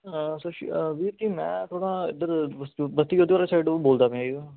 ਸਤਿ ਸ਼੍ਰੀ ਅਕਾਲ ਆ ਵੀਰ ਜੀ ਮੈਂ ਥੋੜ੍ਹਾ ਇੱਧਰ ਬਸਤੀ ਬਦੋਵਾਲ ਸਾਈਡ ਤੋਂ ਬੋਲਦਾ ਪਿਆ ਜੀ